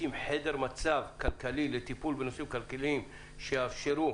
להקים חדר מצב כלכלי לטיפול בנושאים כלכליים שיאפשרו,